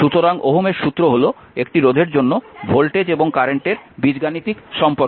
সুতরাং ওহমের সূত্র হল একটি রোধের জন্য ভোল্টেজ এবং কারেন্টের বীজগাণিতিক সম্পর্ক